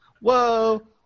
Whoa